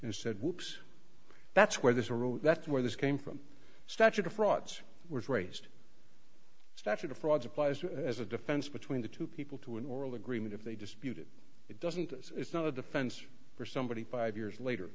and said whoops that's where there's a rule that's where this came from statute of frauds was raised statute of frauds applies as a defense between the two people to an oral agreement if they dispute it it doesn't it's not a defense for somebody five years later